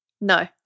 No